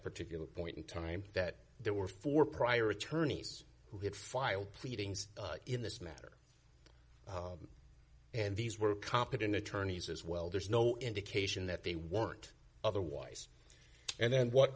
particular point in time that there were four prior attorneys who had filed pleadings in this matter and these were competent attorneys as well there's no indication that they weren't otherwise and then what